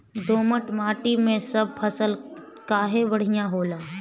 दोमट माटी मै सब फसल काहे बढ़िया होला?